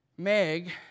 Meg